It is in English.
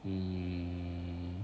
mmhmm